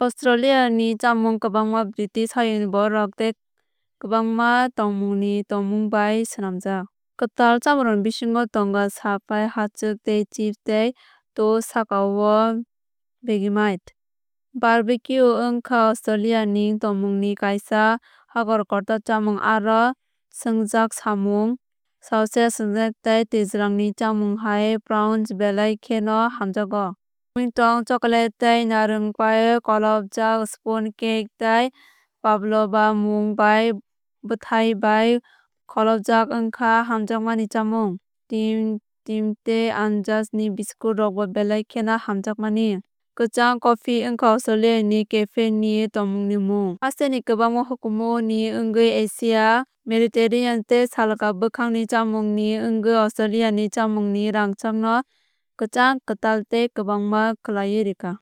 Australiani chamung kwbangma British Hayungni borokrok tei kwbangma tongmungni tongmung bai swnamjak. Kwtal chamungrokni bisingo tongo sa pai hachwk tei chips tei toast sakao vegemite. Barbecue wngkha australia ni tongmung ni kaisa kotor kotor chamung aro swngjak samun sausage snags tei twijlang ni chamung hai prawns belai kheno hamjakgo. Lamingtons chocolate tei narwg bai kholobjak spone cake tei pavlova mwng bai bwthai bai kholobjak wngkha hamjakmani chamung. Tim tei Anzac ni biscuit rok bo belai kheno hamjakmani. Kwchang coffee wngkha australia ni café ni tongmung ni mung. Hasteni kwbangma hukumu ni wngwi asia mediterranean tei salka bwkhak ni chamung ni wngwi Australia ni chamung ni rangchak no kwthang kwtal tei kwbangma khaioui rwkha.